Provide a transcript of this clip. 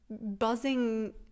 buzzing